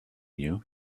you